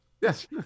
Yes